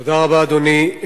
אדוני,